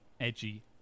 edgy